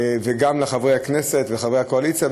וגם לחברי הכנסת וחברי הקואליציה.